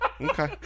okay